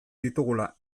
ditugula